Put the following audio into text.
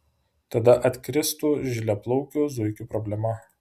tada atkristų žilaplaukių zuikių problema